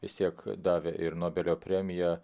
vis tiek davė ir nobelio premiją